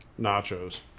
nachos